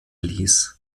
ließ